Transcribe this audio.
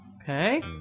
Okay